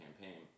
campaign